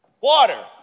Water